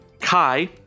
Kai